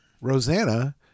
Rosanna